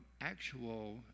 actual